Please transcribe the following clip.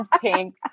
pink